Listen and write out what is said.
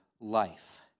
life